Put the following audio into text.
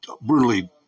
brutally